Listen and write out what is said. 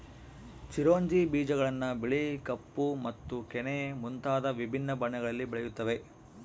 ಚಿರೊಂಜಿ ಬೀಜಗಳನ್ನು ಬಿಳಿ ಕಪ್ಪು ಮತ್ತು ಕೆನೆ ಮುಂತಾದ ವಿಭಿನ್ನ ಬಣ್ಣಗಳಲ್ಲಿ ಬೆಳೆಯುತ್ತವೆ